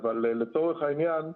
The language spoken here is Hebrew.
אבל, לצורך העניין,